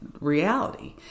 reality